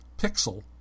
pixel